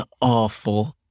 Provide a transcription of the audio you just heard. awful